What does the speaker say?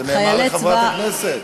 זה נאמר לחברת הכנסת.